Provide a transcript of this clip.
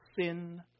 sin